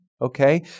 okay